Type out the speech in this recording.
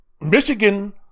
Michigan